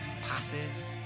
passes